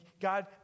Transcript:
God